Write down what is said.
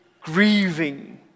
grieving